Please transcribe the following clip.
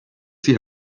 see